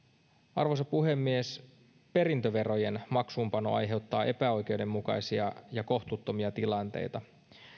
arvoisa puhemies perintöverojen maksuunpano aiheuttaa epäoikeudenmukaisia ja kohtuuttomia tilanteita